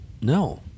No